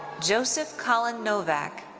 joseph colin novack.